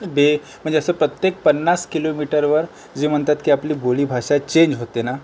बे म्हणजे असं प्रत्येक पन्नास किलोमीटरवर जे म्हणतात की आपली बोलीभाषा चेंज होते ना